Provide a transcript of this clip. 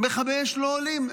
מכבי אש לא עולים.